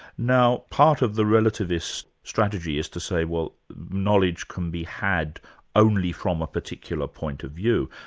now part of the relativist strategy is to say, well, knowledge can be had only from a particular point of view.